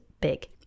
big